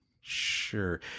Sure